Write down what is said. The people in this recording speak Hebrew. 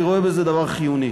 אני רואה בזה דבר חיוני.